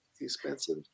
expensive